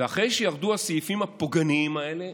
ואחרי שירדו הסעיפים הפוגעניים האלה,